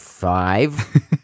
five